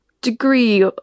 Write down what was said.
degree